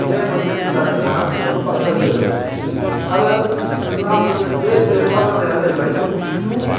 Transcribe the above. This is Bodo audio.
बे मोननै जिल्लानि साहा ओनसोलावनो बाक्सा जिल्लाया जादों आरो लाम बे डेभेलप जानाया जाहैबाय जोंनि जिथु